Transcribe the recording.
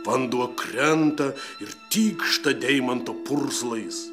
vanduo krenta ir tykšta deimanto purslais